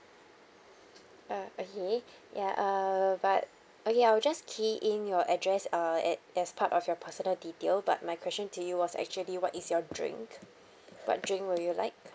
uh okay ya uh but okay I will just key in your address uh as as part of your personal detail but my question to you was actually what is your drink what drink will you like